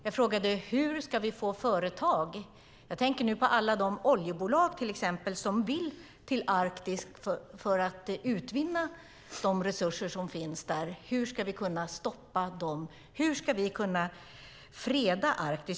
Jag frågade också hur vi ska kunna stoppa till exempel alla de oljebolag som vill till Arktis för att utvinna de resurser som finns där. Hur ska vi kunna freda Arktis?